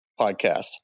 podcast